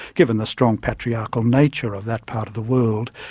given the strong patriarchal nature of that part of the world,